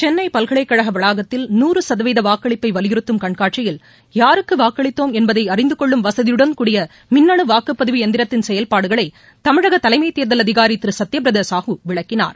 சென்னை பல்கலைக்கழக வளாகத்தில் நூறு சதவீத வாக்களிப்பை வலியுறுத்தும் கண்காட்சியில் யாருக்கு வாக்களித்தோம் என்பதை அறிந்துகொள்ளும் வசதியுடன் கூடிய மின்னனு வாக்குப்பதிவு இயந்திரத்தின் செயல்பாடுகளை தமிழக தலைமை தேர்தல் அதிகாரி திரு சத்தியப்பிரதா சாஹு விளக்கினார்